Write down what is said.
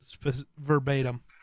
verbatim